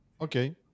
okay